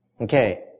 Okay